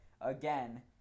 again